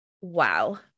wow